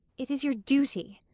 it is your duty.